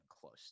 close